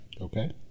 Okay